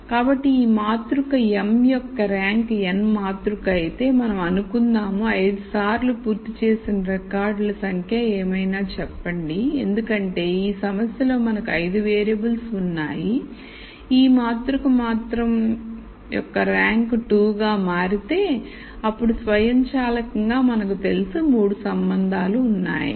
కాబట్టి ఈ మాతృక m యొక్క ర్యాంక్ n మాతృక అయితే మనం అనుకుందాం 5 సార్లు పూర్తి చేసిన రికార్డుల సంఖ్య ఏమైనా చెప్పండి ఎందుకంటే ఈ సమస్యలో మనకు 5 వేరియబుల్స్ ఉన్నాయి ఈ మాతృక మాత్రం యొక్క ర్యాంక్ 2 గా మారితే అప్పుడు స్వయంచాలకంగా మనకు తెలుసు 3 సంబంధాలు ఉన్నాయని